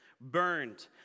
Burned